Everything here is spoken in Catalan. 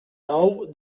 nou